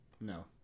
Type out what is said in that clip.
No